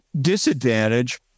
disadvantage